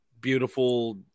beautiful